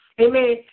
Amen